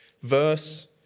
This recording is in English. Verse